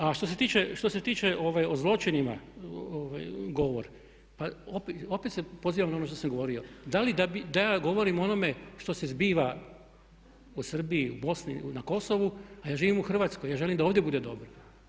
A što se tiče o zločinima govor pa opet se pozivam na ono što sam govorio da li da ja govorim o onome što se zbiva u Srbiji, u Bosni i na Kosovu a ja živim u Hrvatskoj, ja želim da ovdje bude dobro.